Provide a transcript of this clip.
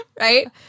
Right